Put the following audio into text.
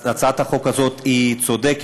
הצעת החוק הזאת צודקת,